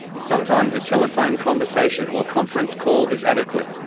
sometimes a telephone conversation or conference call is adequate.